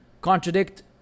contradict